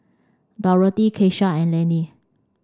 Dorthey Keisha and Lannie